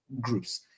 groups